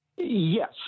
Yes